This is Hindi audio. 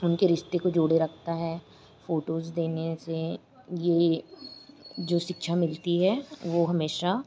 उनके रिश्ते को जोड़े रखता है फ़ोटोज़ देने से यही जो शिक्षा मिलती है वह हमेशा